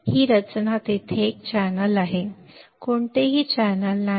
ही रचना तेथे एक चॅनेल आहे कोणतेही चॅनेल नाही